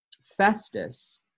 Festus